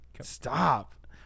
Stop